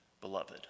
beloved